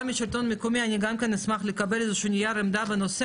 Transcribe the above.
גם מהשלטון המקומי אני אשמח לקבל נייר עמדה בנושא,